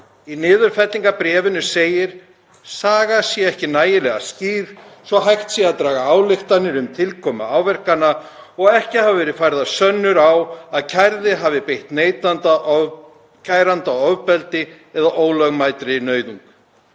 Í niðurfellingarbréfinu segir: „Saga er ekki nægilega skýr svo hægt sé að draga ályktanir um tilkomu áverkanna og ekki hafa verið færðar sönnur á að kærði hafi beitt kæranda ofbeldi eða ólögmætri nauðung.“